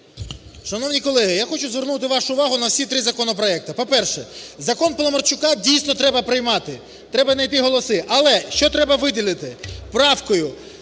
Шановні колеги, я хочу звернути вашу увагу на всі три законопроекти. По-перше, закон Паламарчука, дійсно, треба приймати, треба найти голоси. Але що треба виділити правкою?